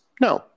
No